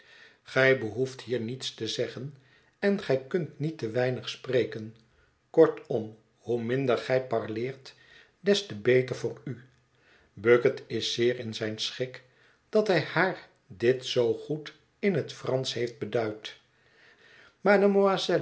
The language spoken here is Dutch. gij behoeft hier niets te zeggen en gij kunt niet te weinig spreken kortom hoe minder gij parleert des te beter voor u bucket is zeer in zijn schik dat hij haar dit zoo goed in het fransch heeft beduid mademoiselle